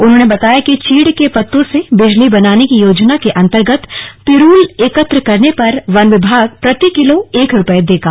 उन्होंने बताया कि चीड़ के पत्तों से बिजली बनाने की योजना के अंतर्गत पिरूल एकत्र करने पर वन विभाग प्रति किलो एक रुपये देगा